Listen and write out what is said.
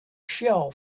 shell